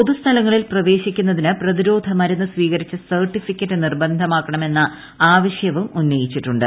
പൊതുസ്ഥലങ്ങളിൽ പ്രവേശിക്കുന്നതിന് പ്രതിരോധ മരുന്ന് സ്വീകരിച്ച സർട്ടിഫിക്കറ്റ് നിർബന്ധമാക്കണമെന്ന ആവശ്യവും ഉന്നയിച്ചിട്ടുണ്ട്